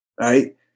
Right